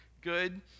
good